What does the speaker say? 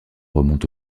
remonte